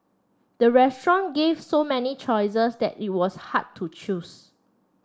the restaurant gave so many choices that it was hard to choose